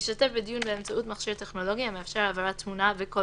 ישתתף בדיון באמצעות מכשיר טכנולוגי המאפשר העברת תמונה וקול